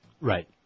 Right